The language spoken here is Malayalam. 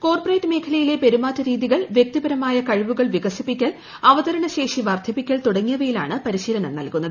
കോർപ്പറേറ്റ് മേഖലയിലെ പെരുമാറ്റ രീതികൾ വൃക്തിപരമായ കഴിവുകൾ വികസിപ്പിക്കൽ അവതരണ ശേഷി വർദ്ധിപ്പിക്കൽ തുടങ്ങിയവയിലാണ് ് പരിശീലനം നൽകുന്നത്